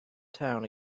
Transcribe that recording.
town